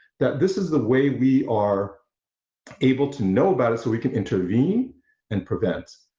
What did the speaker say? that this is the way we are able to know about it so we can intervene and prevent,